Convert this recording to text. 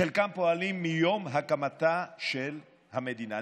חלקם פועלים מיום הקמתה של המדינה.